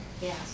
Yes